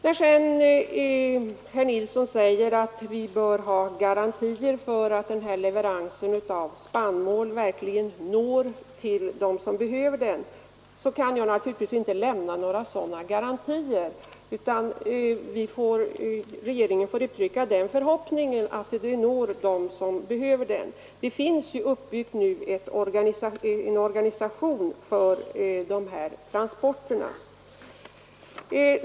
När sedan herr Nilsson säger att vi bör ha garantier för att leveransen av spannmål verkligen når dem som behöver den, kan jag naturligtvis inte lämna några sådana garantier, utan regeringen får uttrycka den förhoppningen att hjälpen når dem som behöver den. Det finns nu uppbyggd en organisation för de här transporterna.